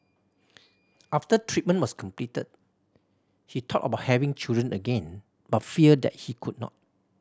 after treatment was completed he thought about having children again but feared that he could not